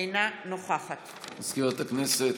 אינה נוכחת מזכירת הכנסת,